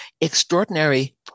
extraordinary